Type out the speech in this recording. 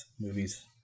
movies